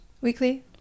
weekly